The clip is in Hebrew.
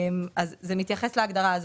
ההקלה הזאת